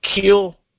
kill